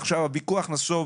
עכשיו הוויכוח נסוב